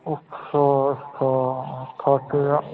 अच्छा अच्छा थाप्पे दा